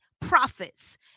profits